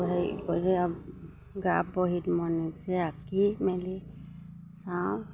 হেৰি কৰি গা বহীত মই নিজে আঁকি মেলি চাওঁ